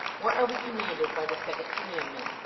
what are we commanded by the second commandment?